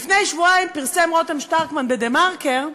לפני שבועיים פרסם רותם שטרקמן ב"דה-מרקר"